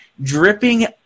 dripping